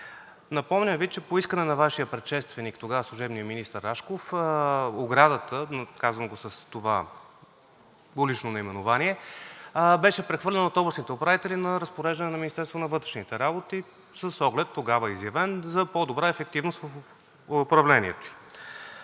Напомням Ви, че по искане на Вашия предшественик тогава, служебният министър Рашков, оградата – казвам го с това улично наименование, тогава беше прехвърлена от областните управители на разпореждане на Министерството на вътрешните работи с оглед и на по-добра ефективност в управлението.